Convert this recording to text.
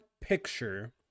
picture